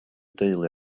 deulu